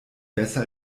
besser